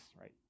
right